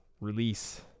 Release